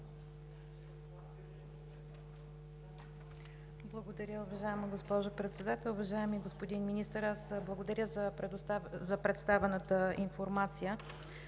Благодаря, уважаема госпожо Председател. Уважаеми господин Министър, благодаря за представената информация.